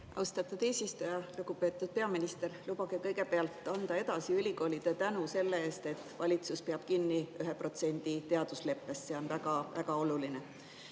Austatud eesistuja! Lugupeetud peaminister! Lubage kõigepealt anda edasi ülikoolide tänu selle eest, et valitsus peab kinni 1% teadusleppest, see on väga-väga oluline.